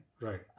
Right